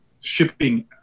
shipping